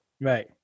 Right